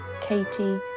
Katie